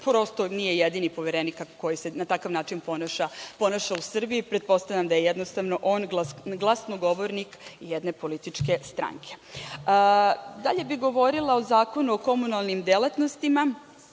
prosto nije jedini poverenik koji se na takav način ponaša u Srbiji. Pretpostavljam da je jednostavno on glasnogovornik jedne političke stranke. Dalje bih govorila o Zakonu o komunalnim delatnostima.